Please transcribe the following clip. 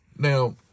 Now